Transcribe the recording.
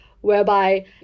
whereby